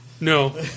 No